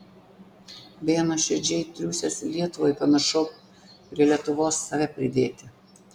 beje nuoširdžiai triūsęs lietuvai pamiršau prie lietuvos save pridėti